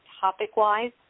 topic-wise